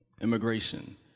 Immigration